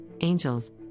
angels